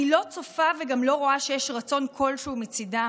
אני לא צופה וגם לא רואה שיש רצון כלשהו מצידם